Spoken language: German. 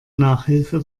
nachhilfe